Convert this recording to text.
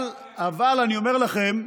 אבל אני אומר לכם,